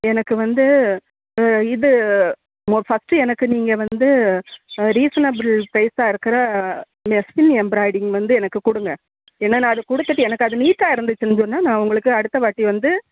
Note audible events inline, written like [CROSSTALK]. எனக்கு வந்து இது ஓ ஃபர்ஸ்ட் எனக்கு நீங்கள் வந்து ரீசனபுல் ப்ரைஸ் ஆ இருக்கிற [UNINTELLIGIBLE] எம்ராய்டிங் வந்து எனக்கு கொடுங்க ஏன்னால் அது கொடுத்துட்டு எனக்கு அது நீட்டாக இருந்துச்சுன்னு சொன்னால் நான் உங்களுக்கு அடுத்த வாட்டி வந்து